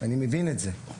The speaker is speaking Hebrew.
אני מבין את זה.